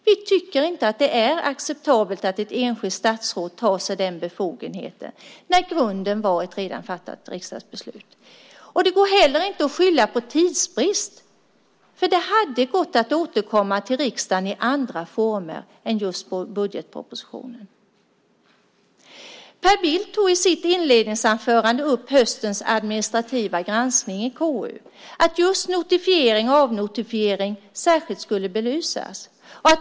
Vi tycker inte att det är acceptabelt att ett enskilt statsråd tar sig den befogenheten när grunden var ett redan fattat riksdagsbeslut. Det går inte heller att skylla på tidsbrist. Det hade gått att återkomma till riksdagen i andra former än i just budgetpropositionen. Per Bill tog i sitt inledningsanförande upp höstens administrativa granskning i KU och att notifiering och avnotifiering särskilt skulle belysas.